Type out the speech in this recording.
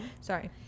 Sorry